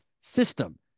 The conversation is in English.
system